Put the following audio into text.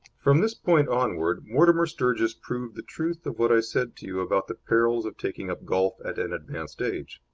from this point onward mortimer sturgis proved the truth of what i said to you about the perils of taking up golf at an advanced age.